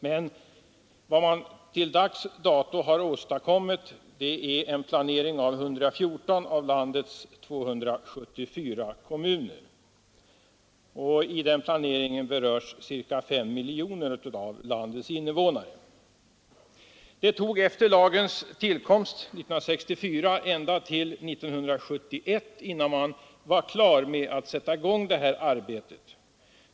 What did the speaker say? Men vad man till dags dato har åstadkommit är en planering för 114 av landets 274 kommuner, och av den planeringen berörs ca 5 miljoner av landets invånare. Det dröjde efter lagens tillkomst 1964 ända till 1971 innan man var klar med att sätta i gång arbetet.